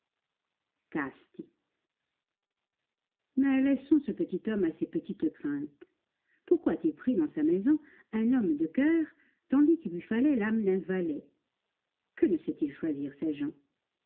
casti mais laissons ce petit homme à ses petites craintes pourquoi a-t-il pris dans sa maison un homme de coeur tandis qu'il lui fallait l'âme d'un valet que ne sait-il choisir ses gens